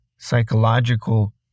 psychological